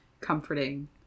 comforting